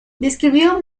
describió